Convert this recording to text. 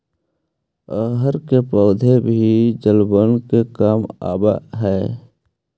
अरहर के पौधा भी जलावन के काम आवऽ हइ